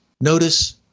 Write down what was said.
Notice